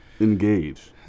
Engage